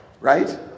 Right